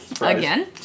again